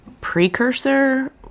Precursor